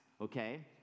okay